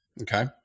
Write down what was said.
Okay